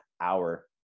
hour